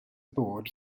board